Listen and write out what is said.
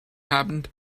happened